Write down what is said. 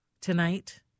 tonight